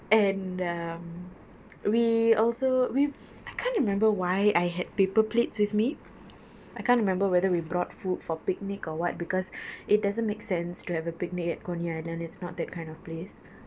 and (um)we also we I can't remember why I had paper plates with me I can't remember whether we brought food for picnic or [what] because it doesn't make sense to have a picnic at coney island it's not that kind of place